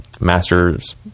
master's